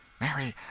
Mary